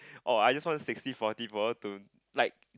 oh I just want sixty forty for us to like